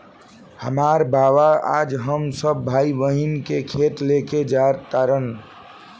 हामार बाबा आज हम सब भाई बहिन के खेत लेके जा तारन